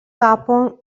tapo